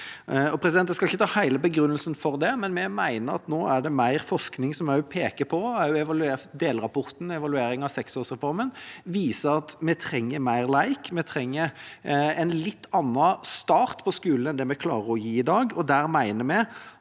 Jeg skal ikke ta hele begrunnelsen for det, men vi mener at nå er det mer forskning – delrapporten i en evaluering av seksårsreformen – som peker på at vi trenger mer lek, og vi trenger en litt annen start på skolen enn det vi klarer å gi i dag. Der mener vi